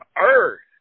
earth